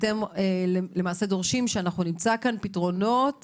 אתם למעשה דורשים שאנחנו נמצא כאן פתרונות